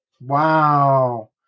Wow